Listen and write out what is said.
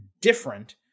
different